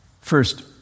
First